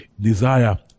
desire